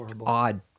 odd